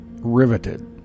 riveted